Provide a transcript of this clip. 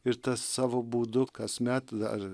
ir tas savo būdu kasmet dar